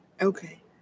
Okay